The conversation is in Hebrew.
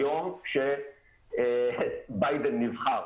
היום כשביידן נבחר,